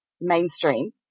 mainstream